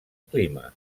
clima